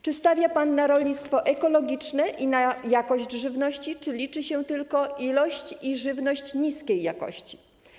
Czy stawia pan na rolnictwo ekologiczne i na jakość żywności, czy liczy się tylko ilość i żywność niskiej jakości?